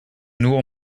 nur